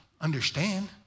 understand